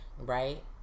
right